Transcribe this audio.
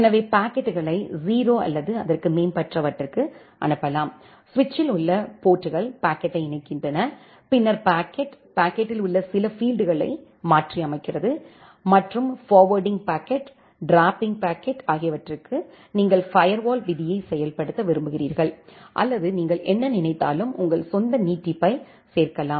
எனவே பாக்கெட்டுகளை 0 அல்லது அதற்கு மேற்பட்டவற்றுக்கு அனுப்பலாம் குறிப்பு நேரம் 2427 சுவிட்சில் உள்ள போர்ட்கள் பாக்கெட்டை இணைக்கின்றன பின்னர் பாக்கெட் பாக்கெட்டில் உள்ள சில பீல்ட்களை மாற்றியமைக்கிறது மற்றும் ஃபார்வேர்ட்டிங் பாக்கெட் ட்ராப்பிங் பாக்கெட்டு ஆகியவற்றிற்கு நீங்கள் ஃபயர்வால் விதியைச் செயல்படுத்த விரும்புகிறீர்கள் அல்லது நீங்கள் என்ன நினைத்தாலும் உங்கள் சொந்த நீட்டிப்பைச் சேர்க்கலாம்